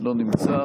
לא נמצא.